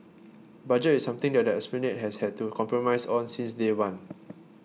budget is something that the Esplanade has had to compromise on since day one